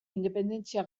independentzia